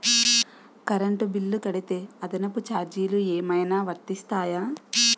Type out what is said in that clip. Current bill కడితే అదనపు ఛార్జీలు ఏమైనా వర్తిస్తాయా?